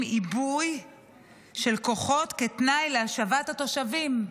עיבוי של כוחות כתנאי להשבת התושבים,